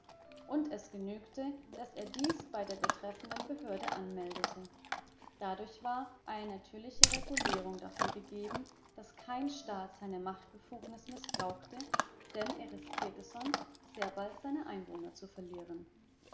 und es genügte daß er dies bei der betreffenden behörde anmeldete dadurch war eine natürliche regulierung dafür gegeben daß kein staat seine machtbefugnis mißbrauchte denn er riskierte sonst sehr bald seine einwohner zu verlieren